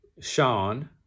Sean